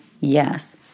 yes